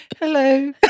Hello